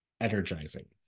energizing